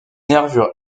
nervures